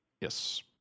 yes